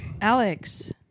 Alex